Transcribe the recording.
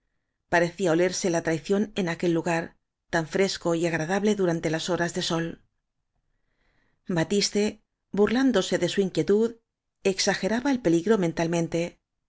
parecía olerse la traición en aquel lugar tan fresco y agradable durante las horas de sol batiste burlándose de su inquietud exa geraba el peligro mentalmente